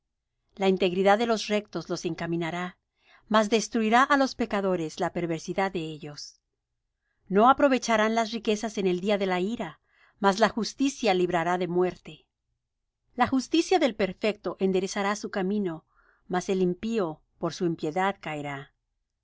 la integridad de los rectos los encaminará mas destruirá á los pecadores la perversidad de ellos no aprovecharán las riquezas en el día de la ira mas la justicia librará de muerte la justicia del perfecto enderezará su camino mas el impío por su impiedad caerá